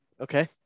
Okay